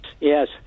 yes